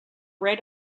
red